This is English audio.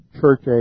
church